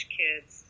kids